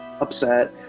upset